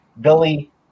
Billy